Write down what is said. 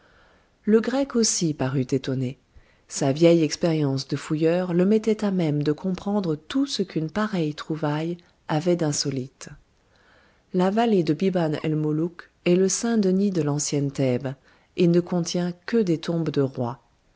le grec aussi parut étonné sa vieille expérience de fouilleur le mettait à même de comprendre tout ce qu'une pareille trouvaille avait d'insolite la vallée de biban el molouk est le saint-denis de l'ancienne thèbes et ne contient que des tombes de rois